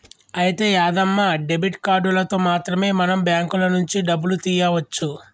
అయితే యాదమ్మ డెబిట్ కార్డులతో మాత్రమే మనం బ్యాంకుల నుంచి డబ్బులు తీయవచ్చు